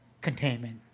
containment